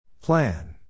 Plan